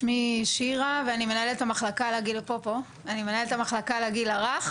שמי שירה ואני מנהלת המחלקה לגיל הרך